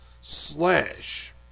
slash